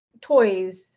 toys